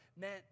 meant